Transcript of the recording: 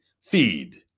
feed